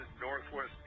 Northwest